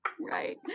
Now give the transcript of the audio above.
Right